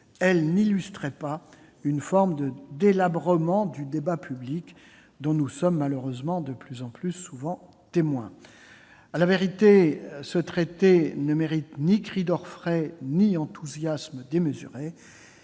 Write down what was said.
elles n'illustraient pas une forme de délabrement du débat public, dont nous sommes malheureusement de plus en plus souvent témoins. À la vérité, ce traité ne mérite ni cris d'orfraie ni enthousiasme démesuré.